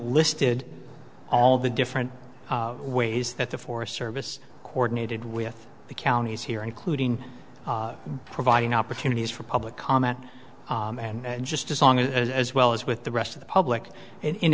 listed all the different ways that the forest service coordinated with the counties here including providing opportunities for public comment and just as long as well as with the rest of the public